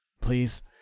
Please